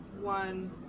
one